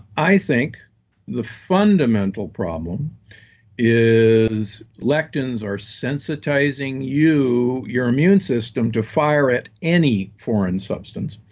i think the fundamental problem is lectins are sensitizing you, your immune system, to fire at any foreign substance,